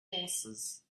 horses